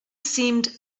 seemed